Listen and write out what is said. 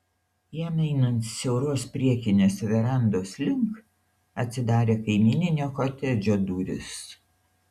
jam einant siauros priekinės verandos link atsidarė kaimyninio kotedžo durys